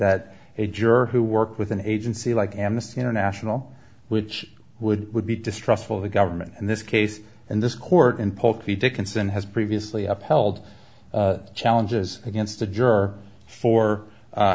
that a juror who worked with an agency like amnesty international which would would be distrustful of the government and this case and this court in polk lee dickinson has previously upheld challenges against the juror for